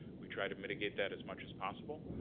we try to mitigate that as much as possible,